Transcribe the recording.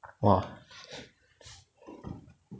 !wah!